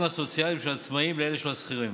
הסוציאליים של עצמאים לאלו של השכירים.